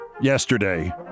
Yesterday